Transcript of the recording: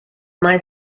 mae